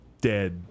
dead